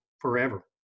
forever